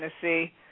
Tennessee